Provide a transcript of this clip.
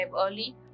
early